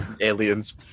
Aliens